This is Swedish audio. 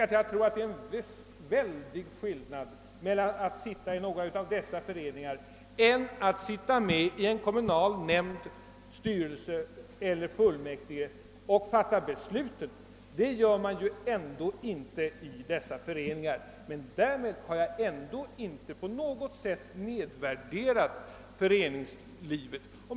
Jag tror dock att det är mycket stor skillnad mellan detta och att tillhöra en kommunal nämnd, styrelse eller fullmäktigeförsamling och där delta i beslutsprocessen. Men därför har jag inte på något sätt nedvärderat föreningslivet.